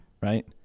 right